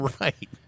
right